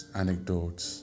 anecdotes